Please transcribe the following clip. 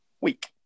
week